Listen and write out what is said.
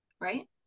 right